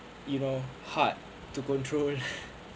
you know hard to control